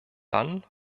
dann